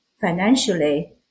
Financially